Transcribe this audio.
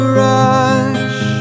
rush